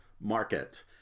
market